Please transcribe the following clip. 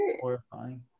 horrifying